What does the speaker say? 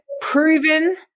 proven